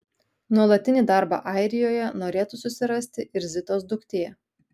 nuolatinį darbą airijoje norėtų susirasti ir zitos duktė